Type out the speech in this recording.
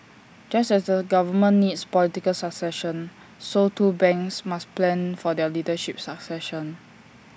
just as A government needs political succession so too banks must plan for their leadership succession